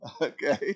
Okay